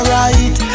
right